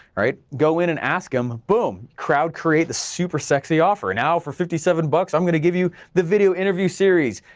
right, go in and ask them, boom, crowd create the super sexy offer, now for fifty seven bucks i'm gonna give you the video interview series,